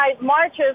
marches